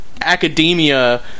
Academia